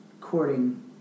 courting